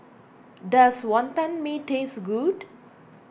does Wantan Mee taste good